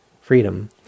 freedom